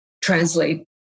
Translate